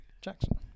Jackson